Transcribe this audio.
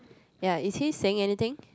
ya is he saying anything